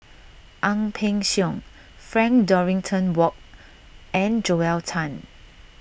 Ang Peng Siong Frank Dorrington Ward and Joel Tan